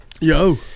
yo